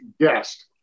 guest